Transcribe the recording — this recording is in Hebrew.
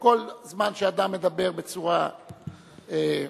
כל זמן שאדם מדבר בצורה מכובדת,